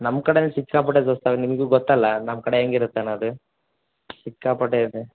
ನಮ್ಮ ಕಡೆನೂ ಸಿಕ್ಕಾಪಟ್ಟೆ ದೋಸ್ತ ನಿಮ್ಗು ಗೊತ್ತಲ್ಲ ನಮ್ಮ ಕಡೆ ಹೆಂಗಿರುತ್ತೆ ಅನ್ನೋದು ಸಿಕ್ಕಾಪಟ್ಟೆ ಇದೆ